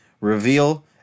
reveal